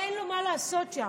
אין לו מה לעשות שם.